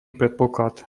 predpoklad